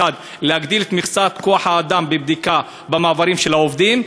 1. להגדיל את מכסת כוח-האדם בבדיקה של העובדים במעברים,